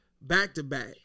back-to-back